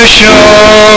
show